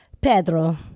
Pedro